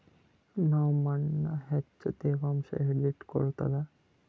ಯಾವ್ ಮಣ್ ಹೆಚ್ಚು ತೇವಾಂಶ ಹಿಡಿದಿಟ್ಟುಕೊಳ್ಳುತ್ತದ?